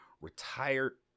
retired